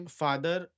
father